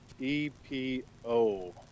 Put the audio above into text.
EPO